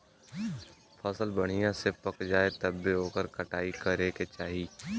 फसल बढ़िया से पक जाये तब्बे ओकर कटाई करे के चाही